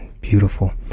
Beautiful